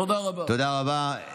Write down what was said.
תודה רבה.